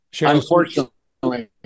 unfortunately